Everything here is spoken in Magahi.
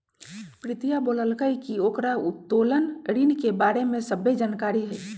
प्रीतिया बोललकई कि ओकरा उत्तोलन ऋण के बारे में सभ्भे जानकारी हई